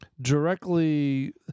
directly